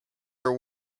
her